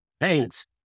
Thanks